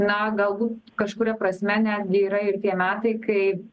na galbūt kažkuria prasme netgi yra ir tie metai kai